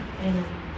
Amen